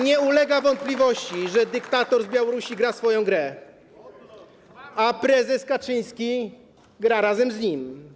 Nie ulega wątpliwości, że dyktator z Białorusi gra w swoją grę, a prezes Kaczyński gra razem z nim.